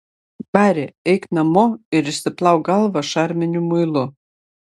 bari eik namo ir išsiplauk galvą šarminiu muilu